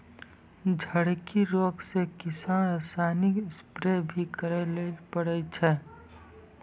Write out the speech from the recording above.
झड़की रोग से किसान रासायनिक स्प्रेय भी करै ले पड़ै छै